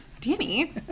Danny